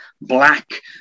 Black